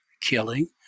killing